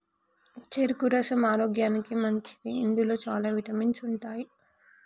చెరుకు రసం ఆరోగ్యానికి మంచిది ఇందులో చాల విటమిన్స్ ఉంటాయి